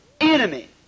enemy